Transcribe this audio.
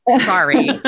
Sorry